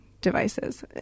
devices